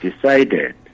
decided